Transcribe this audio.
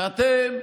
שאתם,